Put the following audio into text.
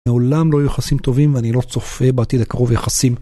מעולם לא היו יחסים טובים ואני לא צופה בעתיד הקרוב יחסים.